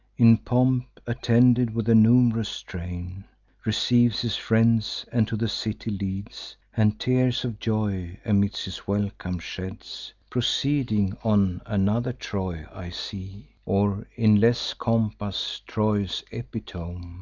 in pomp, attended with a num'rous train receives his friends, and to the city leads, and tears of joy amidst his welcome sheds. proceeding on, another troy i see, or, in less compass, troy's epitome.